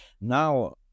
Now